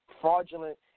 Fraudulent